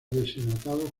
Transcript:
deshidratados